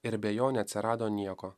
ir be jo neatsirado nieko